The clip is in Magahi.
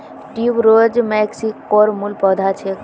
ट्यूबरोज मेक्सिकोर मूल पौधा छेक